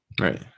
Right